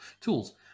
tools